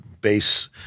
base